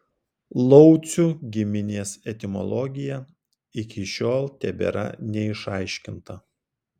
laucių giminės etimologija iki šiol tebėra neišaiškinta